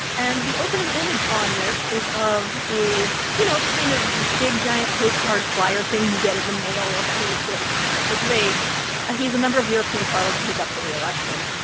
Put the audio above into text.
and the opening image on this is of a you know, the kind of big, giant postcard flyer thing you get in the mail of any political candidate. this is a he's a member of european parliament. he's up for re-election.